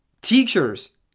teachers